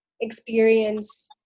experience